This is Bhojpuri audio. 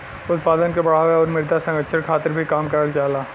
उत्पादन के बढ़ावे आउर मृदा संरक्षण खातिर भी काम करल जाला